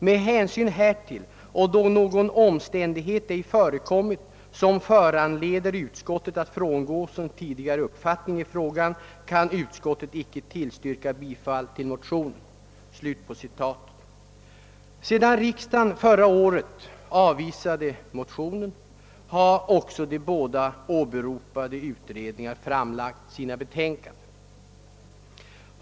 Med hänsyn härtill och då någon omständighet ej förekommit som föranleder utskottet att frångå sin tidigare uppfattning i frågan kan utskottet icke tillstyrka bifall till motionen.» Sedan riksdagen förra året avvisade motionen har också de båda åberopade utredningarna framlagt sina betänkanden.